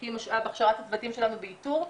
משקיעים בהכשרת הצוותים שלנו באיתור.